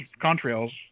contrails